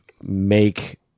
make